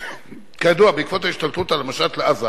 "כידוע, בעקבות ההשתלטות על המשט לעזה